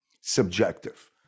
subjective